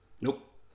Nope